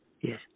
Yes